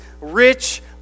rich